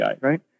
right